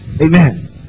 Amen